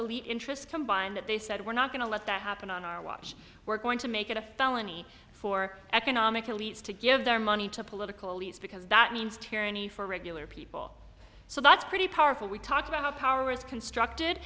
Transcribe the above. elite interests combine that they said we're not going to let that happen on our watch we're going to make it a felony for economic elites to give their money to political elites because that means tyranny for regular people so that's pretty powerful we talk about how power is constructed